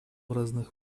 разных